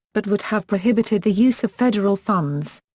but would have prohibited the use of federal funds.